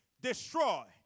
destroy